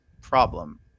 problem